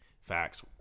Facts